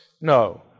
No